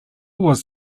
was